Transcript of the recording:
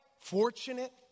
Fortunate